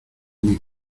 mis